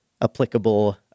applicable